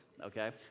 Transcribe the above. okay